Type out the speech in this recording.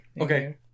Okay